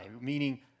meaning